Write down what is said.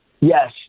Yes